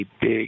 big